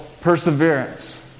Perseverance